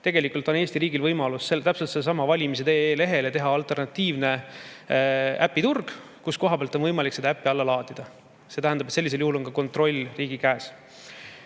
tegelikult on Eesti riigil võimalus täpselt sellelesamale valimised.ee lehele teha alternatiivne äpiturg, kust on võimalik äppi alla laadida. See tähendab, et sellisel juhul on kontroll riigi käes.